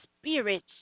spirits